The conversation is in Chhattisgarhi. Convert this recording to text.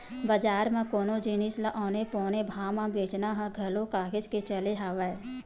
बजार म कोनो जिनिस ल औने पौने भाव म बेंचना ह घलो काहेच के चले हवय